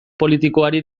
politikoari